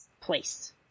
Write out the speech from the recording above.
place